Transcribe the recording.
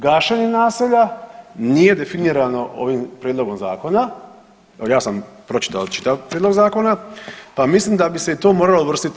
Gašenje naselja, nije definirano ovim prijedlogom zakona, evo ja sam pročitao čitav prijedlog zakona, pa mislim da bi se i to moralo uvrstiti.